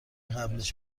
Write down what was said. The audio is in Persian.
قبلش